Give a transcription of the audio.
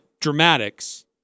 dramatics